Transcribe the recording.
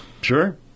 Sure